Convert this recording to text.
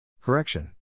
Correction